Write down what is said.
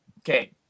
Okay